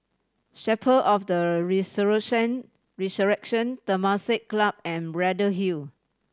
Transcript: Chapel of the Resurrection Resurrection Temasek Club and Braddell Hill